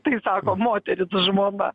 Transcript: tai sako moteris žmona